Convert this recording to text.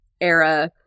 era